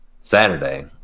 Saturday